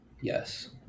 Yes